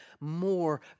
more